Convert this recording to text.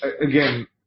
again